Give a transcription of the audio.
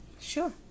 Sure